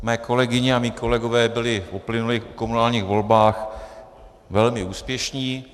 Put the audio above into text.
Mé kolegyně a mí kolegové byli v uplynulých komunálních volbách velmi úspěšní.